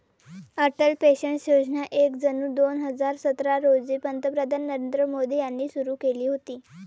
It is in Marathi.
अटल पेन्शन योजना एक जून दोन हजार सतरा रोजी पंतप्रधान नरेंद्र मोदी यांनी सुरू केली होती